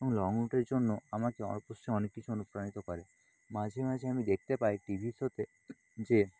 এবং লং রুটের জন্য আমাকে অনেক কিছু অনুপ্রাণিত করে মাঝেমাঝে আমি দেখতে পাই টিভি শোতে যে